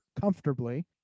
comfortably